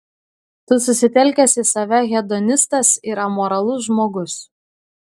tu susitelkęs į save hedonistas ir amoralus žmogus